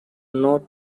not